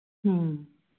ꯎꯝ